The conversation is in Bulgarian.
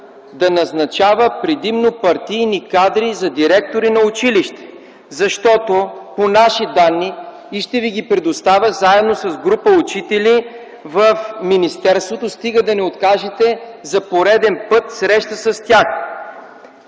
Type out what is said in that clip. да назначава предимно партийни кадри за директори на училища? Защото по наши данни, ще Ви ги предоставя заедно с група учители в министерството, стига да не откажете за пореден път среща с тях.